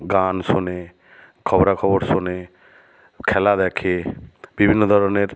গান শোনে খবরাখবর শোনে খেলা দেখে বিভিন্ন ধরনের